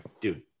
Dude